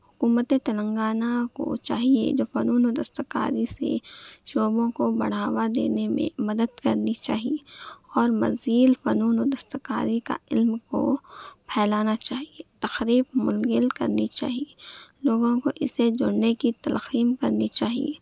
حکومت تلنگانہ کو چاہیے جو فنون و دستکاری سے شعبوں کو بڑھاوا دینے میں مدد کرنی چاہیے اور مزید فنون و دستکاری کا علم کو پھیلانا چاہیے تقریب منعقد کرنی چاہیے لوگوں کو اس سے جڑنے کی تلقین کرنی چاہیے